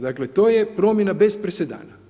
Dakle to je promjena bez presedana.